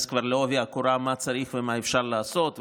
להיכנס כבר לעובי הקורה מה צריך ומה אפשר לעשות.